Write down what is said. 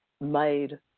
made